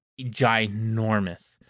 ginormous